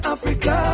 Africa